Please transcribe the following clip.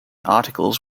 articles